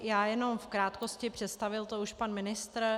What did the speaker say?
Já jenom v krátkosti, představil to už pan ministr.